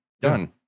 Done